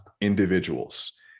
individuals